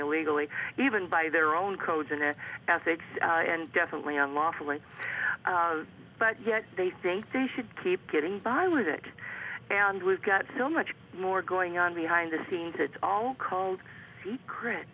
illegally even by their own codes and ethics and definitely unlawfully but yet they think they should keep getting by with it and we've got so much more going on behind the scenes it's all called secret